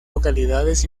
localidades